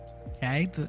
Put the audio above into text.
Okay